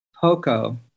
Poco